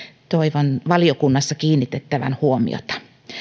toivon valiokunnassa kiinnitettävän huomiota